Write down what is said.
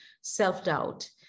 self-doubt